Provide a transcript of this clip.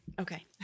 Okay